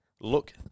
look